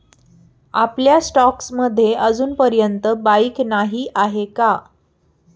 आपल्या स्टॉक्स मध्ये अजूनपर्यंत बाईक नाही आहे का?